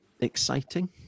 exciting